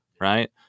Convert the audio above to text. Right